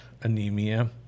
anemia